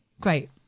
Great